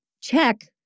check